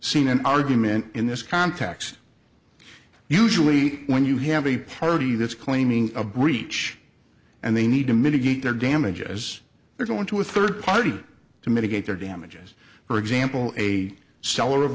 seen an argument in this context usually when you have a party that's claiming a breach and they need to mitigate their damages they're going to a third party to mitigate their damages for example a seller of